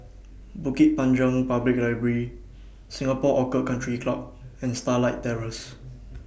Bukit Panjang Public Library Singapore Orchid Country Club and Starlight Terrace